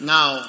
Now